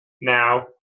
now